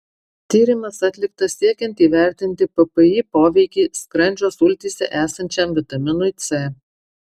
tyrimas atliktas siekiant įvertinti ppi poveikį skrandžio sultyse esančiam vitaminui c